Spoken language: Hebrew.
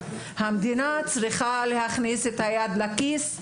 המדינה צריכה להכניס את היד לכיס,